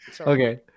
okay